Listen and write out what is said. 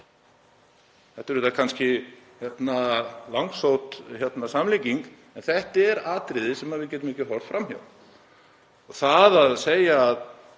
Þetta er kannski langsótt samlíking en þetta er atriði sem við getum ekki horft fram hjá.